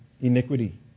iniquity